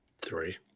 three